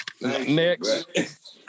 Next